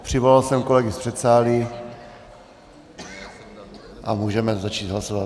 Přivolal jsem kolegy z předsálí a můžeme začít hlasovat.